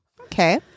okay